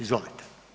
Izvolite.